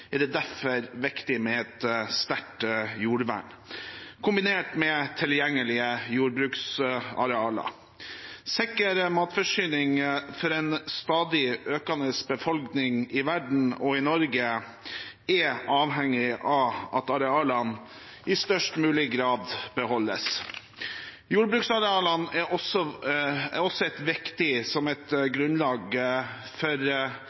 er det derfor viktig med et sterkt jordvern, kombinert med tilgjengelige jordbruksarealer. Sikker matforsyning til en stadig økende befolkning i verden og i Norge er avhengig av at arealene i størst mulig grad beholdes. Jordbruksarealene er også viktige som grunnlag for en næring som bidrar til sysselsetting, bosetting, verdiskaping og ikke minst et